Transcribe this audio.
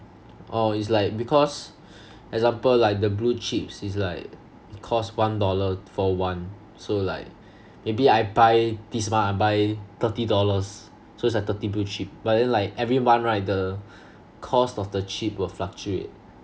oh it's like because example like the blue chips is like cost one dollar for one so like maybe I buy this month I buy thirty dollars so it's like thirty blue chip but then like every month right the cost of the chip will fluctuate